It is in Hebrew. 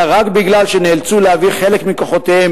אלא רק משום שנאלצו להעביר חלק מכוחותיהם